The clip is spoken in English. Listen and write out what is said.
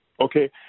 Okay